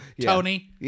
Tony